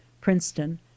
Princeton